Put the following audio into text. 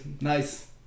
nice